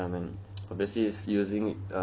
ya man obviously it's using uh